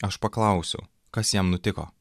aš paklausiau kas jam nutiko